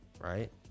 right